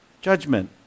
Judgment